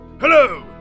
Hello